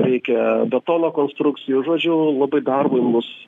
reikia betono konstrukcijų žodžiu labai darbui imlus